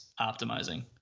optimizing